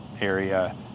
area